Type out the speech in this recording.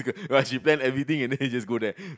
right she plan everything already then you just go there